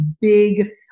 big